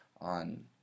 on